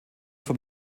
vom